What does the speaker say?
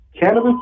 Cannabis